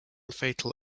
fatal